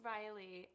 Riley